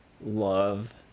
love